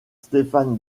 stéphane